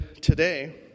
today